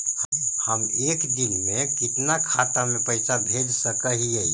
हम एक दिन में कितना खाता में पैसा भेज सक हिय?